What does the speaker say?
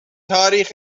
تاریخ